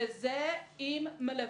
שזה עם מלווה.